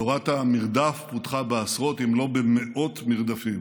תורת המרדף פותחה בעשרות אם לא במאות מרדפים,